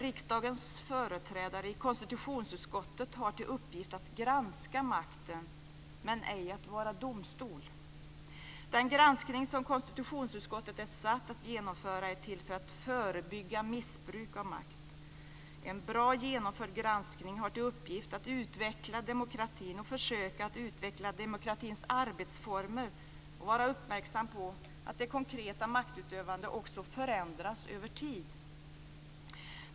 Riksdagens företrädare i konstitutionsutskottet har till uppgift att granska makten, men ej att vara domstol. Den granskning som konstitutionsutskottet är satt att genomföra är till för att förebygga missbruk av makt. En bra genomförd granskning har till uppgift att utveckla demokratin och försöka utveckla dess arbetsformer samt att vara uppmärksam på att det konkreta maktutövandet också förändras över tid.